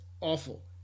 awful